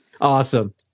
Awesome